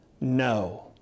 no